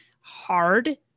hard